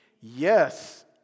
Yes